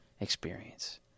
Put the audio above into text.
experience